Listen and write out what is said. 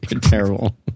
Terrible